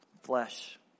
Flesh